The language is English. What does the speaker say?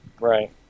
Right